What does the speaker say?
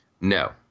No